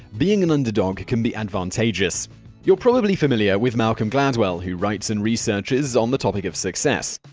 being an underdog can be advantageous you're probably familiar with malcolm gladwell, who writes and researches on the topic of success.